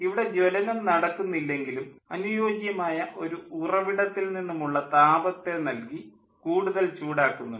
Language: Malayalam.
ഇവിടെ ജ്വലനം നടക്കുന്നില്ലെങ്കിലും അനുയോജ്യമായ ഒരു ഉറവിടത്തിൽ നിന്നുമുള്ള താപത്തെ നൽകി കൂടുതൽ ചൂടാക്കുന്നുണ്ട്